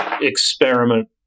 experiment